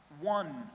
one